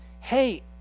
hey